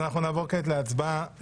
נעבור כעת להצבעה.